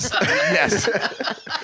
yes